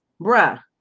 bruh